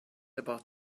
about